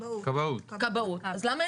מה יש